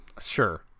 Sure